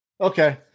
Okay